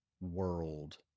world